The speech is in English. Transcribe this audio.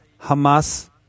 Hamas